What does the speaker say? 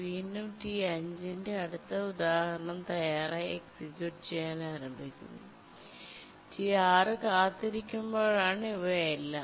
വീണ്ടും T5 ന്റെ അടുത്ത ഉദാഹരണം തയ്യാറായി എക്സിക്യൂട്ട് ചെയ്യാൻ ആരംഭിക്കുന്നു T6 കാത്തിരിക്കുമ്പോൾ ആണ് ഇവയെല്ലാം